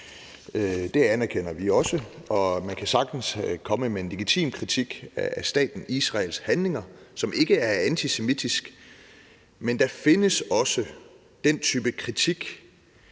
det anerkender vi også – og man kan sagtens komme med en legitim kritik af staten Israels handlinger, som ikke er antisemitisk, men der findes også den type kritik,